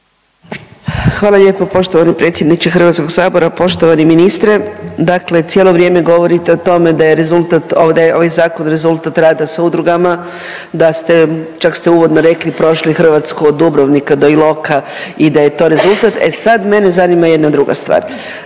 Hvala lijepo poštovani predsjedniče Hrvatskog sabora. Poštovani ministre, dakle cijelo vrijeme govorite o tome da je rezultat, da je ovaj zakon rezultat rada s udrugama, da ste, čak ste uvodno rekli prošli Hrvatsku od Dubrovnika do Iloka i da je to rezultat. E sad mene zanima jedna druga stvar,